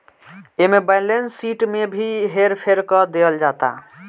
एमे balance sheet में भी हेर फेर क देहल जाता